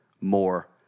more